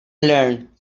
learn